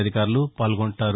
అధికారులు పాల్గొంటారు